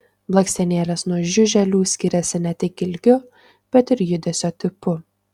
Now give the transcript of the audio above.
blakstienėlės nuo žiuželių skiriasi ne tik ilgiu bet ir judesio tipu